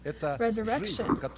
Resurrection